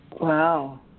Wow